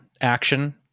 action